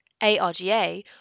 ARGA